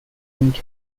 and